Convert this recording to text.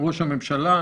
ראש הממשלה.